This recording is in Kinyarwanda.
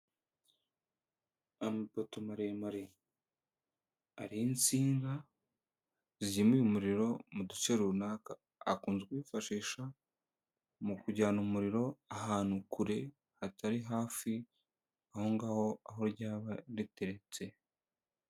Amapoto maremare, ariho insinga zimura umuriro mu duce runaka, akunze kwifashisha mu kujyana umuriro, ahantu kure hatari hafi aho ngaho aho ryaba riteretse.